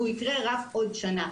והוא יקרה רק עוד שנה,